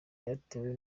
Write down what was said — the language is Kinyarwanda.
byatewe